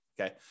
okay